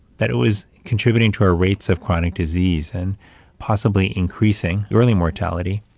that it was contributing to our rates of chronic disease, and possibly increasing early mortality.